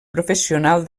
professional